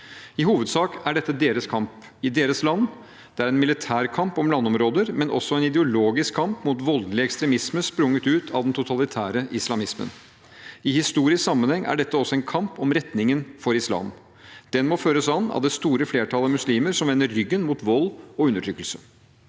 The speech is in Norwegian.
I hovedsak er dette deres kamp, i deres land – det er en militær kamp om landområder, men også en ideologisk kamp mot voldelig ekstremisme sprunget ut av den totalitære islamismen. I historisk sammenheng er dette også en kamp om retningen for islam. Den må føres an av det store flertallet muslimer som vender ryggen mot vold og undertrykkelse.